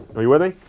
are you with me?